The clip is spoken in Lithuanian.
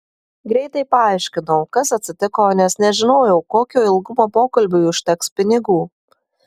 greitai paaiškinau kas atsitiko nes nežinojau kokio ilgumo pokalbiui užteks pinigų